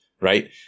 Right